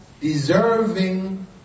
deserving